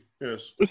Yes